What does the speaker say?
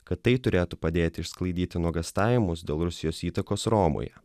kad tai turėtų padėti išsklaidyti nuogąstavimus dėl rusijos įtakos romoje